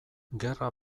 gerra